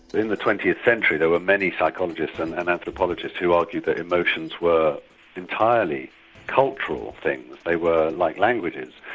in the twentieth century there were many psychologists and anthropologists who argued that emotions were entirely cultural things they were like languages,